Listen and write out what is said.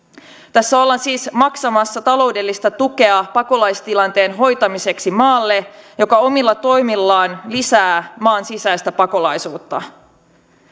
tässä ollaan siis maksamassa taloudellista tukea pakolaistilanteen hoitamiseksi maalle joka omilla toimillaan lisää maan sisäistä pakolaisuutta